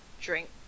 drink